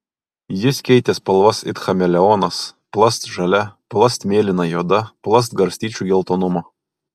jis keitė spalvas it chameleonas plast žalia plast mėlynai juoda plast garstyčių geltonumo